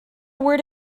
word